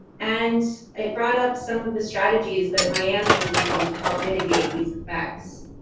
and it brought up some of the strategies that miami is using to help mitigate these effects.